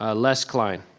ah les cline.